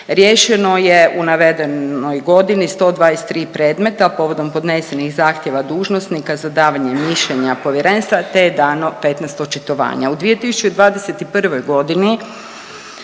Riješeno je u navedenoj godini 123 predmeta povodom podnesenih zahtjeva dužnosnika za davanje mišljenja povjerenstva te je dano 15 očitovanja.